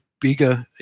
bigger